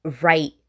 right